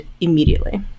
immediately